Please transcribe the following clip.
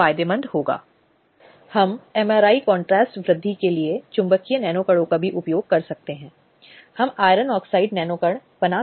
आपको लगातार बने रहने की आवश्यकता है किसी भी प्रकार की अतिशयोक्ति किसी भी प्रकार का संकोच आदि केवल आपकी बात को कमजोर करेगा